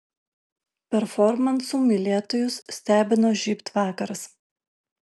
performansų mylėtojus stebino žybt vakaras